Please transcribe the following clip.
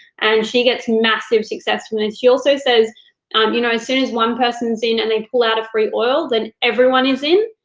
and she gets massive success from this. and she also says, um you know, as soon as one person's in and they pull out a free oil, then everyone is in,